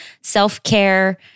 Self-care